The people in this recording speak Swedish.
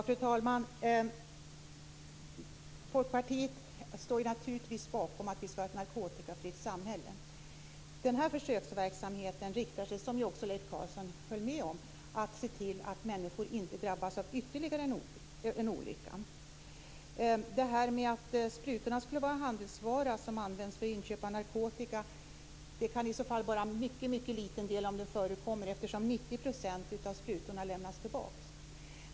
Fru talman! Folkpartiet står naturligtvis bakom att vi skall ha ett narkotikafritt samhälle. Försöksverksamheten syftar till - som också Leif Carlson höll med om - att se till att människor inte drabbas av ytterligare en olycka. Det kan bara vara en mycket liten andel av sprutorna som används som handelsvara för inköp av narkotika - om det över huvud taget förekommer - eftersom 90 % av sprutorna lämnas tillbaks.